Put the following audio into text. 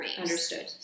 Understood